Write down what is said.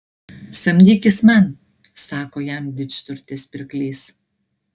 samdykis man sako jam didžturtis pirklys